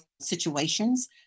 situations